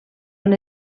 han